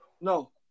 No